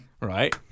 Right